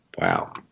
wow